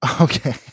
Okay